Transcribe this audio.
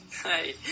Hi